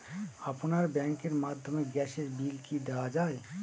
আপনার ব্যাংকের মাধ্যমে গ্যাসের বিল কি দেওয়া য়ায়?